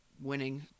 Winning